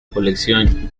colección